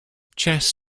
chess